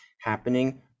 happening